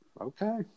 Okay